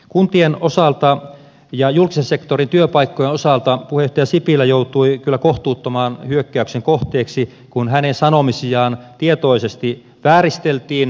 kuntien osalta ja julkisen sektorin työpaikkojen osalta puheenjohtaja sipilä joutui kyllä kohtuuttoman hyökkäyksen kohteeksi kun hänen sanomisiaan tietoisesti vääristeltiin